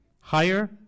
higher